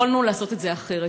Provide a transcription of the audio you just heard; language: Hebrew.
יכולנו לעשות את זה אחרת.